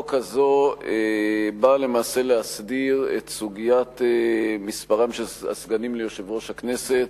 הצעת החוק הזו באה להסדיר את סוגיית מספרם של הסגנים ליושב-ראש הכנסת